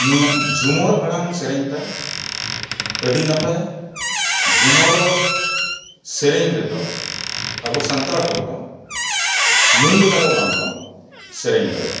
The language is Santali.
ᱱᱩᱭᱟᱜ ᱡᱷᱩᱢᱩᱨ ᱟᱲᱟᱝ ᱥᱮᱨᱮᱧ ᱛᱟᱭ ᱟᱹᱰᱤ ᱱᱟᱯᱟᱭᱟ ᱡᱷᱩᱢᱩᱨ ᱥᱮᱨᱮᱧ ᱨᱮᱫᱚ ᱟᱵᱚ ᱥᱟᱱᱛᱟᱲ ᱦᱚᱲ ᱫᱚ ᱱᱩᱭ ᱞᱮᱠᱟ ᱫᱚ ᱵᱟᱝ ᱠᱚ ᱥᱮᱨᱮᱧ ᱫᱟᱲᱮᱭᱟᱜᱼᱟ